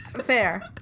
Fair